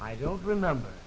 i don't remember